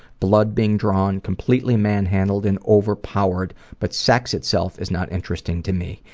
blood being drawn, completely man-handled and overpowered. but sex itself is not interesting to me,